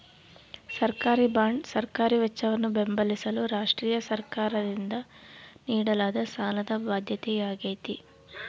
ಸರ್ಕಾರಿಬಾಂಡ್ ಸರ್ಕಾರಿ ವೆಚ್ಚವನ್ನು ಬೆಂಬಲಿಸಲು ರಾಷ್ಟ್ರೀಯ ಸರ್ಕಾರದಿಂದ ನೀಡಲಾದ ಸಾಲದ ಬಾಧ್ಯತೆಯಾಗೈತೆ